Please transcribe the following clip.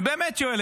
אני באמת שואל.